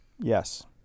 Yes